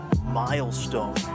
milestone